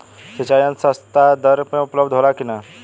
सिंचाई यंत्र सस्ता दर में उपलब्ध होला कि न?